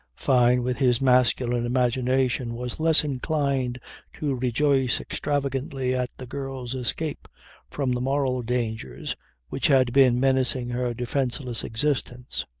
fyne with his masculine imagination was less inclined to rejoice extravagantly at the girl's escape from the moral dangers which had been menacing her defenceless existence.